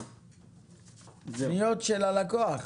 פניות של הלקוח.